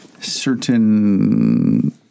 certain